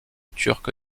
turque